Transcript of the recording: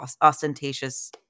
ostentatious